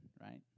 right